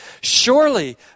Surely